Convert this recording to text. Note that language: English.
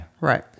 Right